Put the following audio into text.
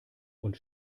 und